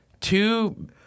two